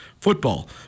football